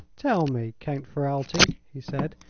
tell me, count ferralti, he said,